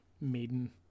Maiden